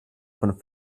von